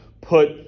put